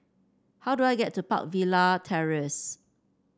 how do I get to Park Villa Terrace